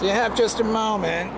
do you have just a moment